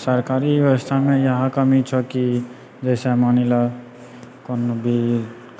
सरकारी व्यवस्थामे इएह कमी छऽ की जैसे मानि लअ कोनो भी